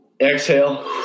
exhale